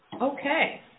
Okay